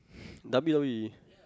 W_O_E